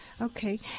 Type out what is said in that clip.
Okay